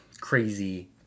crazy